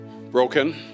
broken